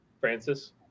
Francis